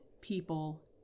people